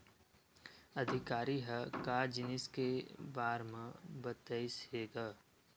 अधिकारी ह का जिनिस के बार म बतईस हे गा?